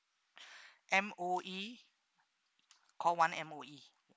M_O_E call one M_O_E